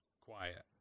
Quiet